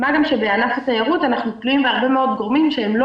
מה גם שבענף התיירות אנחנו תלויים בהרבה מאוד גורמים שהם לא